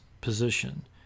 position